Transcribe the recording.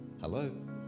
Hello